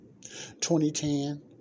2010